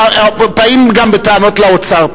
באים גם בטענות לאוצר.